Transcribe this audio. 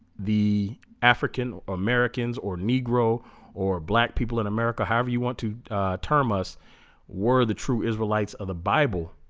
the african-americans or negro or black people in america however you want to term us were the true israelites of the bible